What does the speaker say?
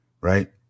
right